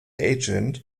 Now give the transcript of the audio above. agent